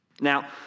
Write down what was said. Now